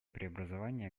преобразования